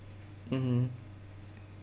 mmhmm